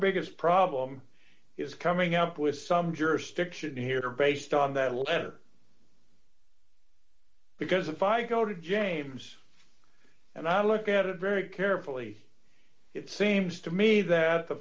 biggest problem is coming up with some jurisdiction here based on that letter because if i go to james and i look at it very carefully it seems to me that the